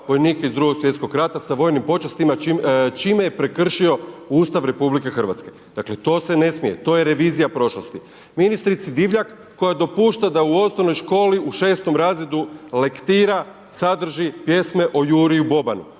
vojnike iz II. svjetskog rata sa vojnim počastima čime je prekršio Ustav RH. Dakle, to se ne smije, to je revizija prošlosti, ministrici Divjak, koja dopušta da u osnovnoj školi u 6. razredu lektira sadrži pjesme o Juri i Bobanu.